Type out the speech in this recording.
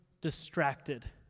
distracted